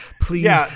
Please